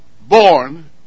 born